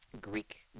Greek